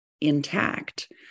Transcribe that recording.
intact